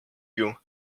you